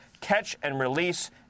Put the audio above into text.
catch-and-release